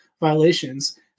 violations